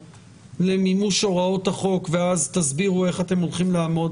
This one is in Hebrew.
למימוש הוראות החוק ואז תסבירו איך אם הולכים לעמוד